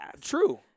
True